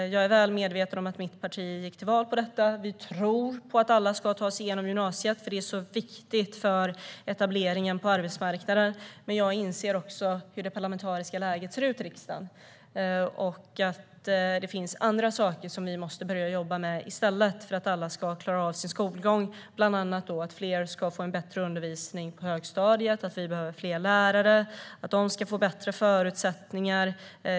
Jag är väl medveten om att mitt parti gick till val på detta. Vi tror på att alla ska ta sig igenom gymnasiet eftersom det är så viktigt för etableringen på arbetsmarknaden. Men jag inser också hur det parlamentariska läget ser ut, och det finns andra saker som vi måste börja jobba med i stället för att alla ska klara av sin skolgång. Det handlar bland annat om att fler ska få en bättre undervisning i högstadiet, att vi behöver fler lärare och att de ska få bättre förutsättningar.